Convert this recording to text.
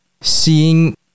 seeing